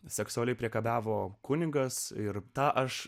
seksualiai priekabiavo kunigas ir tą aš